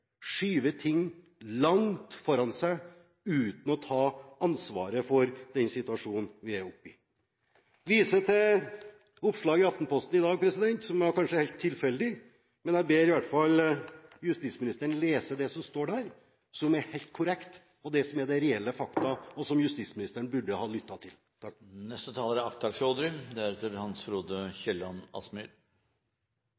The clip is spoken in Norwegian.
skyve ting langt foran seg uten å ta ansvaret for den situasjonen vi er oppe i. Jeg viser til oppslag i Aftenposten i dag – som kanskje er helt tilfeldig. Men jeg ber i hvert fall justisministeren lese det som står der, som er helt korrekt, som er de reelle fakta, og som justisministeren burde ha lyttet til.